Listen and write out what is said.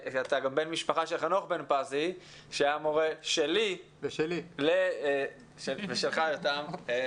אתה גם בן משפחה של חנוך בן פזי שהיה מורה שלי ושלך יותם,